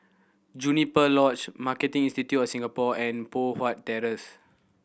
Juniper Lodge Marketing Institute of Singapore and Poh Huat Terrace